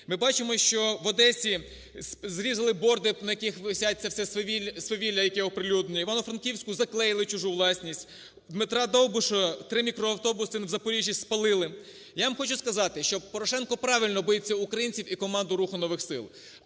Ми бачимо, що в Одесі зрізали борди, на яких висить це все свавілля, яке оприлюднили. В Івано-Франківську заклеїли чужу власність. Дмитра Довбуша три мікроавтобуси в Запоріжжі спалили. Я вам хочу сказати, що Порошенко правильно боїться українців і команду "Руху нових сил".